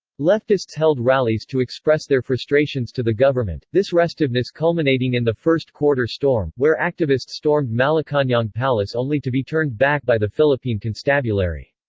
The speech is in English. leftists held rallies to express their frustrations to the government, this restiveness restiveness culminating in the first quarter storm, where activists stormed malacanang palace only to be turned back by the philippine constabulary.